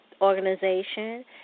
organization